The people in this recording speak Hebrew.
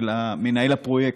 של מנהל הפרויקט,